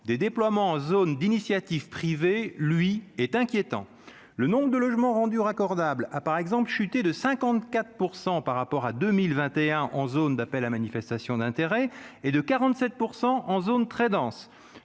des déploiements zone d'initiatives privées, lui, est inquiétant, le nombre de logements rendus raccordables a par exemple chuté de 54 % par rapport à 2021 en zone d'appel à manifestation d'intérêt et de 47 % en zone très dense,